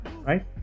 Right